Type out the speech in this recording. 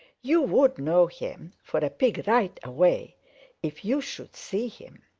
you would know him for a pig right away if you should see him.